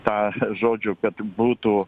tą žodžiu kad būtų